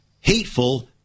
hateful